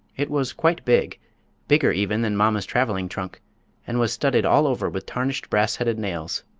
it was quite big bigger even than mamma's traveling trunk and was studded all over with tarnished brassheaded nails.